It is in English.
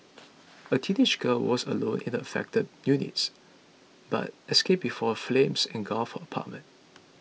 a teenage girl was alone in the affected unit but escaped before flames engulfed her apartment